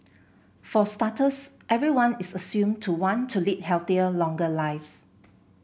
for starters everyone is assumed to want to lead healthier longer lives